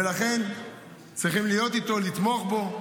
ולכן צריכים להיות איתו ולתמוך בו,